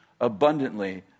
abundantly